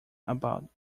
about